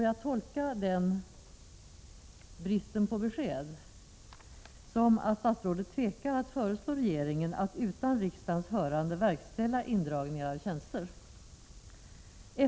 Jag tolkar den bristen på besked så att statsrådet tvekar att föreslå regeringen att utan riksdagens hörande verkställa indragningar av tjänster.